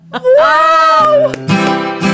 Wow